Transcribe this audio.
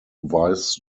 vice